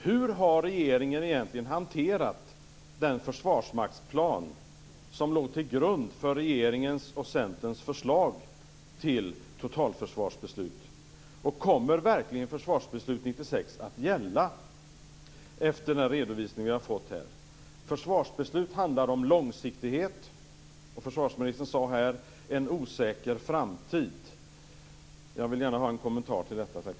Hur har regeringen egentligen hanterat den försvarsmaktsplan som låg till grund för regeringens och Centerns förslag till totalförsvarsbeslut? Kommer verkligen försvarsbeslutet från 1996 att gälla efter den redovisning vi har fått här? Försvarsbeslut handlar om långsiktighet. Försvarsministern talade här om en osäker framtid. Jag vill gärna ha en kommentar till detta, tack.